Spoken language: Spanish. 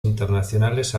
internacionales